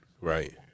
Right